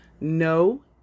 No